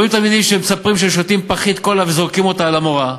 רואים תלמידים שמספרים שהם שותים פחית קולה וזורקים אותה על המורה,